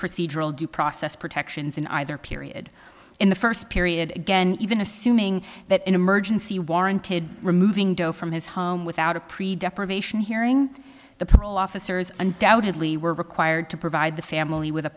procedural due process protections in either period in the first period again even assuming that an emergency warranted removing doe from his home without a pretty desperate patient hearing the parole officers undoubtedly were required to provide the family with a